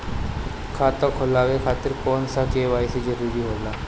खाता खोलवाये खातिर कौन सा के.वाइ.सी जरूरी होला?